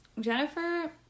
Jennifer